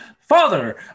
Father